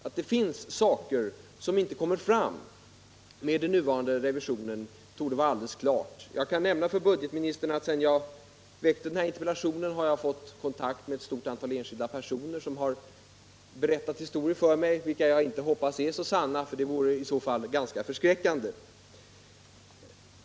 Att det finns saker som inte kommer fram med den nuvarande revisionen torde vara alldeles klart. Jag kan nämna för budgetministern att jag sedan jag väckte denna interpellation har fått kontakt med ett stort antal enskilda personer som har berättat historier för mig vilka jag hoppas inte är sanna, för det vore i så fall ganska förskräckande.